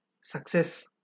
success